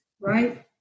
right